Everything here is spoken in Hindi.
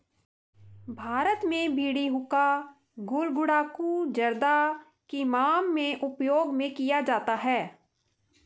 भारत में बीड़ी हुक्का गुल गुड़ाकु जर्दा किमाम में उपयोग में किया जाता है